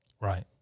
right